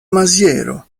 maziero